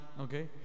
okay